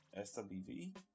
SWV